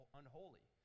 unholy